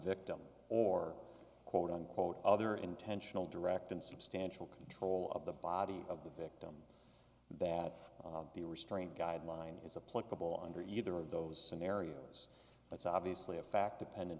victim or quote unquote other intentional direct and substantial control of the body of the victim that the restraint guideline is a plausible under either of those scenarios that's obviously a fact dependent